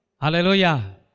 Hallelujah